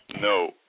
No